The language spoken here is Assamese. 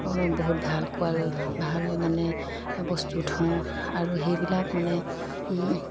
বহুত ভাল ভাল মানে বস্তু থওঁ আৰু সেইবিলাক মানে